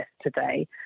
today